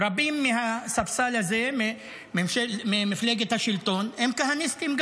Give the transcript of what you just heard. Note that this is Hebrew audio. רבים מהספסל הזה, ממפלגת השלטון, הם גם כהניסטים.